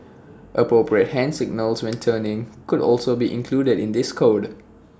appropriate hand signals when turning could also be included in this code